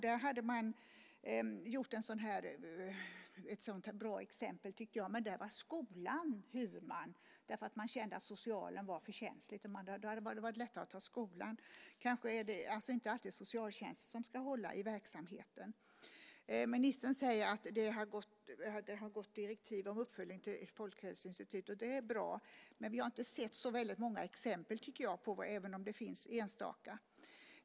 Där hade man gjort något så bra, tycker jag. Där var skolan huvudman eftersom man kände att det var för känsligt med socialen. Det kanske inte alltid är socialtjänsten som ska hålla i verksamheten. Ministern säger att det har gått ut direktiv till Folkhälsoinstitutet om uppföljning. Det är bra, men vi har inte sett så många exempel, även om det finns enstaka.